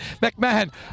McMahon